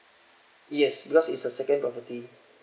yes because is a second property